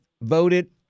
voted